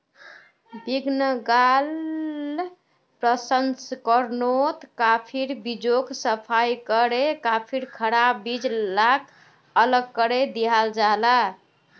भीन्गाल प्रशंस्कर्नोत काफिर बीजोक सफाई करे काफिर खराब बीज लाक अलग करे दियाल जाहा